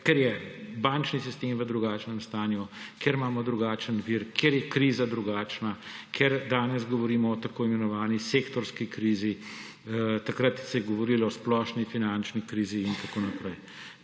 da je bančni sistem v drugačnem stanju, imamo drugačen vir, kriza je drugačna, danes govorimo o tako imenovani sektorski krizi, takrat se je govorilo o splošni finančni krizi in tako naprej.